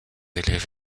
élèves